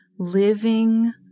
Living